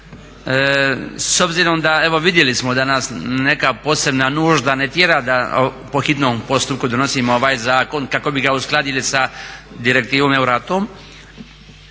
s obzirom da, evo vidjeli smo da nas neka posebna nužda ne tjera da po hitnom postupku donosimo ovaj zakon kako bi ga uskladili sa direktivom EURATOM.